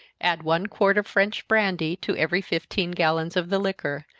add one quart of french brandy to every fifteen gallons of the liquor,